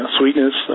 sweetness